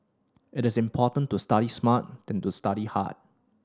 it is important to study smart than to study hard